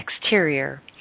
exterior